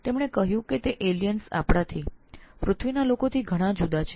તેઓએ કહ્યું કે ત્યાંના એલિયન આપણા પૃથ્વી ના માનવીઓ કરતા ઘણા ભિન્ન છે